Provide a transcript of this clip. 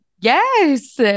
yes